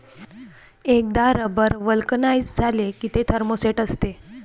एकदा rubber vulcanise झाले की ते थर्मोसेट असते